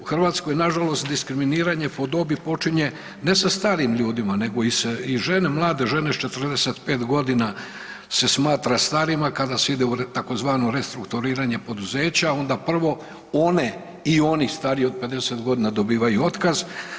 U Hrvatskoj nažalost diskriminiranje po dobi počinje ne sa starijim ljudima nego i žene, mlade žene s 45 godina se smatra starima kada se ide u tzv. restrukturiranje poduzeća onda prvo one i oni stariji od 50 godina dobivaju otkaz.